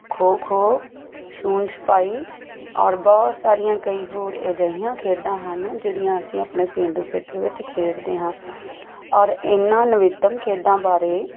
ਖੋ ਖੋ ਛੂਹਣ ਛਪਾਈ ਔਰ ਬਹੁਤ ਸਾਰੀਆਂ ਕਈ ਹੋਰ ਅਜਿਹੀਆਂ ਖੇਡਾਂ ਹਨ ਜਿਹੜੀਆਂ ਅਸੀਂ ਆਪਣੇ ਪੇਂਡੂ ਖੇਤਰ ਵਿੱਚ ਖੇਡਦੇ ਹਾਂ ਔਰ ਇਹਨਾਂ ਨਵੀਨਤਮ ਖੇਡਾਂ ਬਾਰੇ